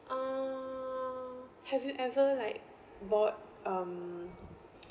um have you ever like bought um